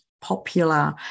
popular